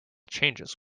changes